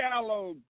Shallow